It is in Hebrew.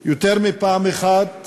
יותר מפעם אחת